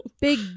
big